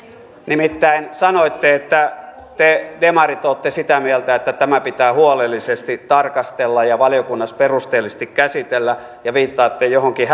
nimittäin sanoitte että te demarit olette sitä mieltä että tämä pitää huolellisesti tarkastella ja valiokunnassa perusteellisesti käsitellä ja viittaatte johonkin